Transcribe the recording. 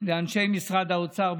לאנשי משרד האוצר,